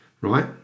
right